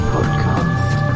Podcast